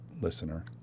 listener